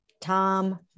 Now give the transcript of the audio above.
Tom